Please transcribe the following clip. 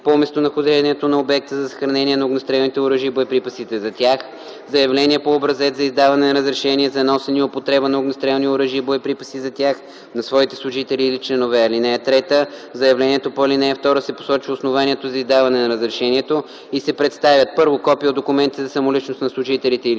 по местонахождението на обекта за съхранение на огнестрелните оръжия и боеприпасите за тях, заявление по образец за издаване на разрешение за носене и употреба на огнестрелни оръжия и боеприпаси за тях на своите служители или членове. (3) В заявлението по ал. 2 се посочва основанието за издаване на разрешението и се представят: 1. копие от документите за самоличност на служителите или